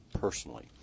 personally